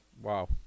Wow